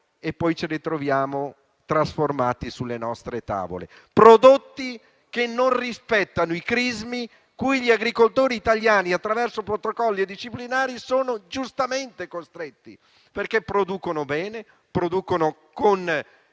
poi ci ritroviamo trasformati sulle nostre tavole; prodotti che non rispettano i crismi a cui gli agricoltori italiani, attraverso protocolli e disciplinari, sono giustamente costretti, perché producono bene, rispettando